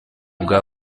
bwa